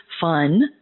fun